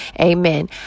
Amen